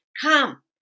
come